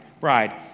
bride